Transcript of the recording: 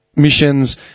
missions